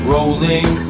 Rolling